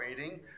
waiting